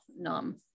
numb